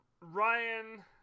Ryan